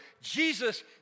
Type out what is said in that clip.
Jesus